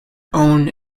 own